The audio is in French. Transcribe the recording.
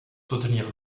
soutenir